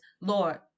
Lord